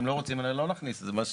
אם אתם לא רוצים, לא נכניס את זה.